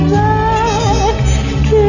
back